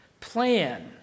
plan